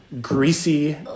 greasy